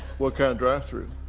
what kind of drive-through?